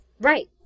Right